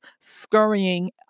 scurrying